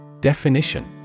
Definition